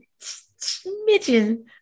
smidgen